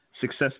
success